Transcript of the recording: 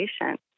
patient